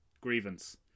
grievance